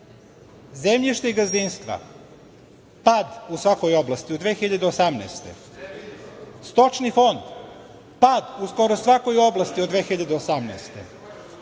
Zemljište gazdinstva – pad u svakoj oblasti u 2018. godini; stočni fond – pad u skoro svakoj oblasti od 2018.